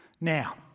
Now